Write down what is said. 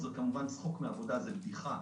זה כמובן צחוק מן העבודה, זה בדיחה.